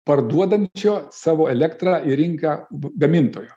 parduodančio savo elektrą į rinką gamintojo